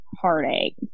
heartache